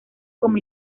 como